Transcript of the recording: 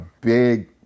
big